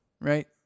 right